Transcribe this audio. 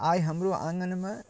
आइ हमरो आँगनमे